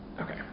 Okay